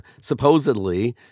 supposedly